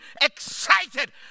excited